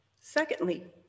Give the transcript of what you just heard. Secondly